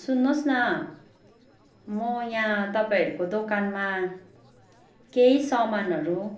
सुन्नु होस् न म यहाँ तपाईँहरूको दोकानमा केही सामानहरू